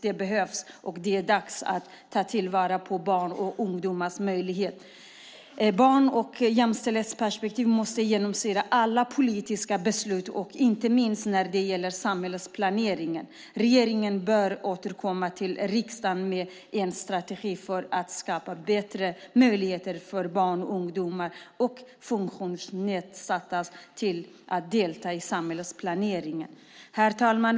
Det behövs. Det är dags att ta till vara barns och ungdomars möjligheter. Barn och jämställdhetsperspektiven måste genomsyra alla politiska beslut, inte minst när det gäller samhällsplaneringen. Regeringen bör återkomma till riksdagen med en strategi för att skapa bättre möjligheter för barn, unga och funktionsnedsatta att kunna delta i samhällsplaneringen. Herr talman!